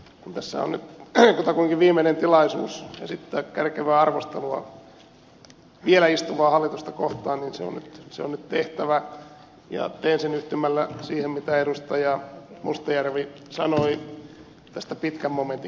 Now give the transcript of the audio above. kun tässä on kutakuinkin viimeinen tilaisuus esittää kärkevää arvostelua vielä istuvaa hallitusta kohtaan niin se on nyt tehtävä ja teen sen yhtymällä siihen mitä edustaja mustajärvi sanoi tästä pitkän momentin käytöstä